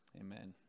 amen